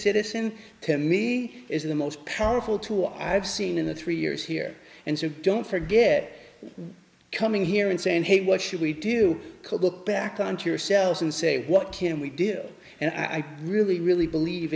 citizen to me is the most powerful tool i've seen in the three years here and so don't forget coming here and saying hey what should we do you could look back on to yourself and say what can we deal and i really really believe